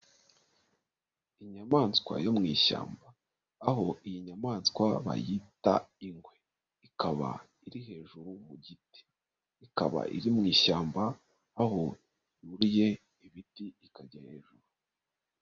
Inyamaswa yo mu ishyamba aho iyi nyamaswa bayita ingwe, ikaba iri hejuru mu giti, ikaba iri mu ishyamba aho yuriye ibiti ikajya hejuru.